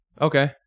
Okay